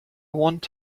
want